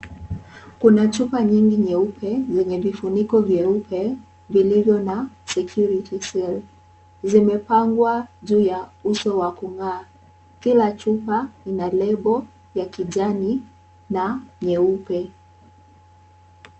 Kuna chupa nyingi nyeupe, yenye vifuniko vyeupe, vilivyo na security seal . Zimepangwa juu ya uso wa kung'aa. Kila chupa ina lebo ya kijani na nyeupe.